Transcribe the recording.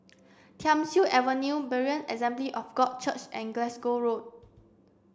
Thiam Siew Avenue Berean Assembly of God Church and Glasgow Road